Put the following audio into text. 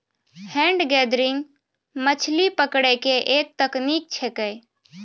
hand gathering मछली पकड़ै के एक तकनीक छेकै